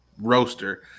roaster